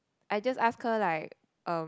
I just ask her like um